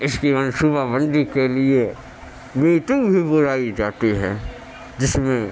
اس کی منصوبہ بندی کے لیے میٹنگ بھی بلائی جاتی ہے جس میں